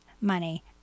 money